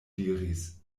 diris